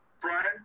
Brian